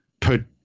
put